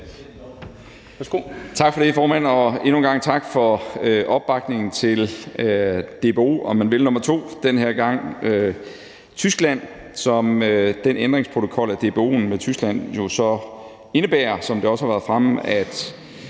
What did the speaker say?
Tak for det, formand, og endnu en gang tak for opbakningen til DBO nr. 2, om man vil, og den her gang er det Tyskland. Den ændringsprotokol af DBO'en med Tyskland indebærer for det første, som det også har været fremme, at